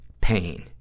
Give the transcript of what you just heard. pain